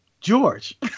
George